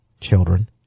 children